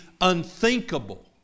unthinkable